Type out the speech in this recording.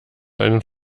einen